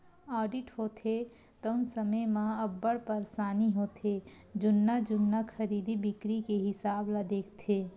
audit होथे तउन समे म अब्बड़ परसानी होथे जुन्ना जुन्ना खरीदी बिक्री के हिसाब ल देखथे